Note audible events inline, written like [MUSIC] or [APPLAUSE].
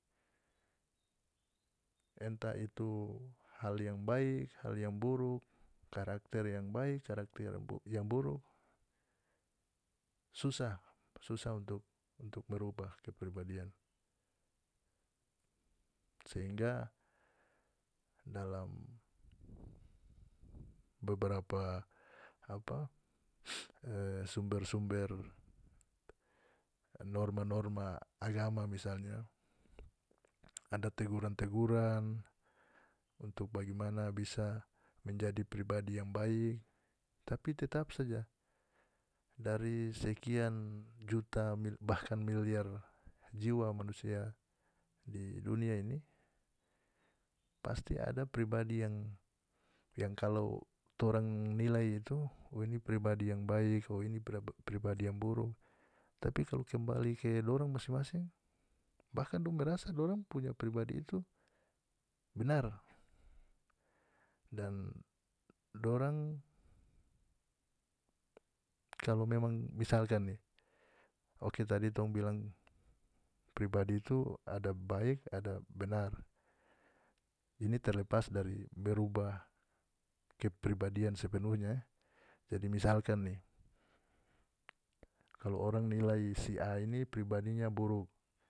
Entah itu hal yang baik hal yang buruk karakter yang baik karakter yang baik yang buruk susah susah untuk untuk merubah kepribadian sehingga dalam [NOISE] beberapa apa [NOISE] e sumbe-sumber norma-norma agama misalnya ada teguran-teguran untuk bagaimana bisa menjadi pribadi yang baik tapi tetap saja dari sekian [NOISE] jutaan bahkan miliar jiwa manusia di dunia ini pasti ada pribadi yang yang kalau torang nilai itu oh ini pribadi yang baik oh ini pribadi yang buruk tapi kalu kembali ke dorang masing-masing bahkan dong merasa dorang punya pribadi itu benar dan dorang kalu memang misalkan ni oke tadi tong bilang pribadi itu ada baik ada benar ini terlepas dari merubah kepribadian sepenuhnya e jadi misalkan ni kalu orang nilai si a ini pribadinya buruk.